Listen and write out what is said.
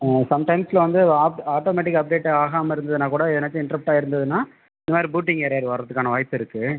சம்டைம்ஸில் வந்து ஆப்ட் automatic update ஆகாமல் இருந்ததுன்னா கூட எதனாச்சும் இண்ட்ரெப்ட் ஆகிருந்துதுனா இந்த மாதிரி பூட்டிங் எரர் வரதுக்கான வாய்ப்பிருக்கு